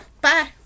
Bye